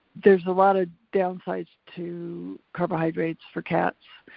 there's a lotta downsides to carbohydrates for cats.